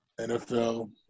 NFL